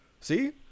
See